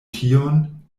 tion